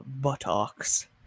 buttocks